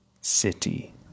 city